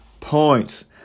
points